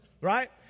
right